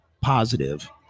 positive